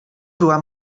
była